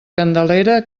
candelera